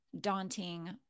daunting